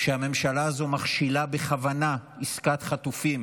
שהממשלה הזו מכשילה בכוונה עסקת חטופים